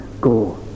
go